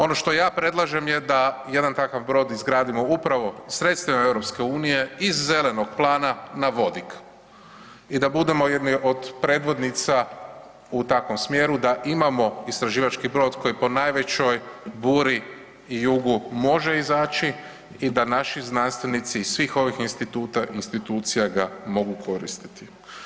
Ono što ja predlažem je da jedan takav brod izgradimo upravo sredstvima EU iz zelenog plana na vodik i da budemo jedni od predvodnica u takvom smjeru da imamo istraživački brod koji po najvećoj buri i jugu može izaći i da naši znanstvenici iz svih ovih instituta i institucija ga mogu koristiti.